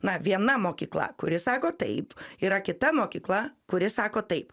na viena mokykla kuri sako taip yra kita mokykla kuri sako taip